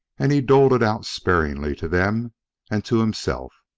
and he doled it out sparingly to them and to himself.